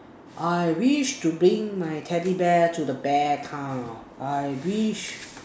I wish to being my teddy bear to bare top I wish